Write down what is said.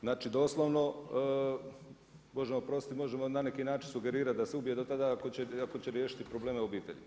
Znači doslovno Bože mi oprosti, može na neki način sugerirati da se ubije do tada, ako će riješiti probleme u obitelji.